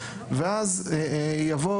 ואז תבוא